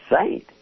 saint